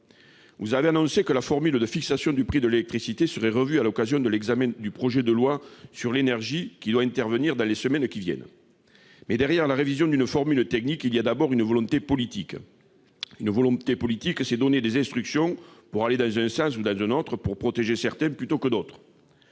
Vous avez annoncé que la formule de fixation du prix de l'électricité serait revue à l'occasion de l'examen du projet de loi sur l'énergie, qui doit intervenir dans les prochaines semaines. Mais derrière la révision d'une formule technique, il y a d'abord une volonté politique. Elle consiste à donner des instructions pour aller dans un sens ou dans un autre afin de protéger certains plutôt que d'autres.